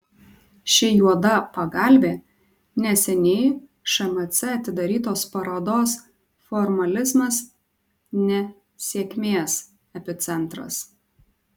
ši juoda pagalvė neseniai šmc atidarytos parodos formalizmas ne sėkmės epicentras